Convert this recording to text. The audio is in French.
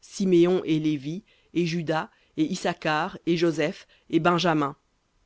siméon et lévi et juda et issacar et joseph et benjamin